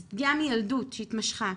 זו פגיעה מילדות שהתמשכה,